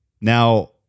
Now